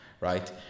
right